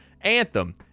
Anthem